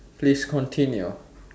please continue